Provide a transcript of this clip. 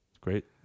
Great